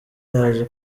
yaje